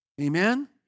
amen